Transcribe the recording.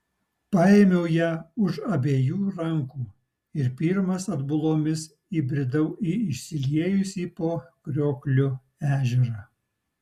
paėmiau ją už abiejų rankų ir pirmas atbulomis įbridau į išsiliejusį po kriokliu ežerą